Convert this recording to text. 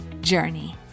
journey